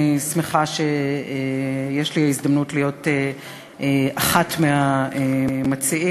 אני שמחה שיש לי הזדמנות להיות אחת מהמציעים,